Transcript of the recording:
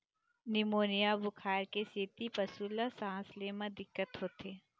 pneumonia बुखार के सेती पशु ल सांस ले म दिक्कत होथे